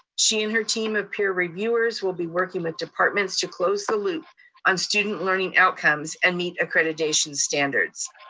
she and her team of peer reviewers will be working with departments to close the loop on student learning outcomes, and meet accreditation standards.